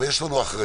אבל יש לנו אחריות,